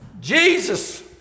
Jesus